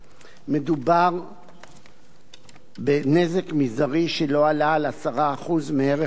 מדובר בנזק מזערי שלא עלה על 10% מערך הרכב,